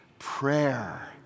Prayer